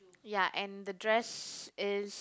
ya and the dress is